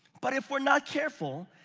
but if we're not careful,